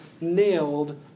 nailed